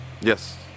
Yes